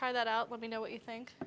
try that out let me know what you think